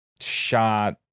shot